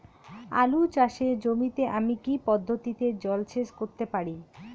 আলু চাষে জমিতে আমি কী পদ্ধতিতে জলসেচ করতে পারি?